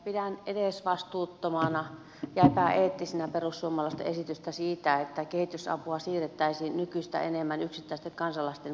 pidän edesvastuuttomana ja epäeettisenä perussuomalaisten esitystä siitä että kehitysapua siirrettäisiin nykyistä enemmän yksittäisten kansalaisten vastuulle